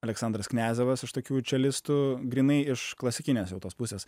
aleksandras kniazevas iš tikrųjų realistu grynai iš klasikinės jau tos pusės